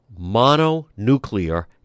mononuclear